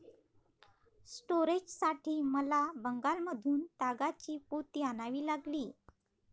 स्टोरेजसाठी मला बंगालमधून तागाची पोती आणावी लागली